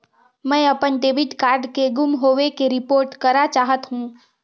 मैं अपन debit card के गुम होवे के रिपोर्ट करा चाहत हों